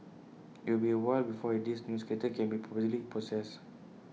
IT will be A while before this new skeleton can be properly processed